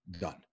done